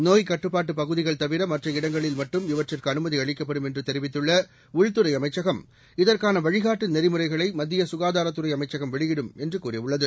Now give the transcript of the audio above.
நோய் கட்டுப்பாட்டு பகுதிகள் தவிர மற்ற இடங்களில் மட்டும் இவற்றிற்கு அனுமதி அளிக்கப்படும் என்று தெரிவித்துள்ள உள்துறை அமைச்சகம் இதற்கான வழிகாட்டு நெறிமுறைகளை மத்திய க்காதாரத்துறை அமைச்சகம் வெளியிடும் என்று கூறியுள்ளது